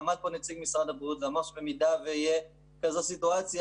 אמר פה נציג משרד הבריאות שבמידה שתהיה כזאת סיטואציה,